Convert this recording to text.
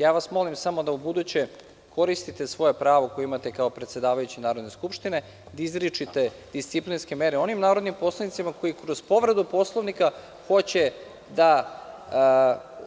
Ja vas molim samo, da ubuduće koristite svoje pravo koje imate kao predsedavajući Narodne skupštine da izričete disciplinske mere onim narodnim poslanicima koji kroz povredu Poslovnika hoće da